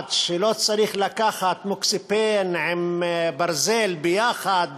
לדעת שלא צריך לקחת "מוקסיפן" עם ברזל ביחד